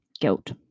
guilt